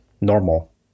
Normal